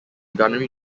gunnery